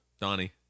Donnie